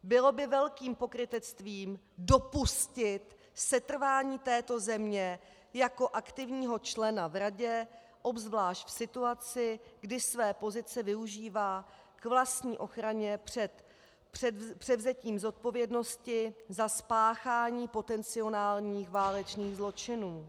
Bylo by velkým pokrytectvím dopustit setrvání této země jako aktivního člena v Radě, obzvlášť v situaci, kdy své pozice využívá k vlastní ochraně před převzetím zodpovědnosti za spáchání potencionálních válečných zločinů.